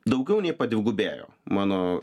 daugiau nei padvigubėjo mano